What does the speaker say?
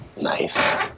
Nice